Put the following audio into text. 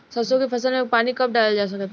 सरसों के फसल में पानी कब डालल जा सकत बा?